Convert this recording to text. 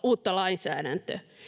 uutta lainsäädäntöä